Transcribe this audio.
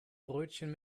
brötchen